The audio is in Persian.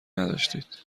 نداشتید